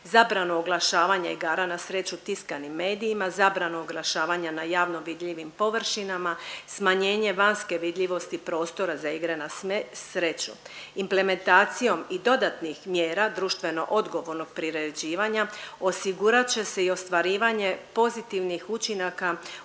zabranu oglašavanja igara na sreću tiskanim medijima, zabranu oglašavanja na javno vidljivim površinama, smanjenje vanjske vidljivosti prostora za igre na sreću. Implementacijom i dodatnih mjera društveno odgovornog priređivanja osigurat će se i ostvarivanje pozitivnih učinaka u